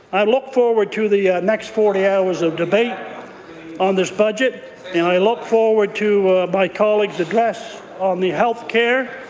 i look forward to the next forty hours of debate on this budget and i look forward to my colleague's address on the health care.